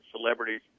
celebrities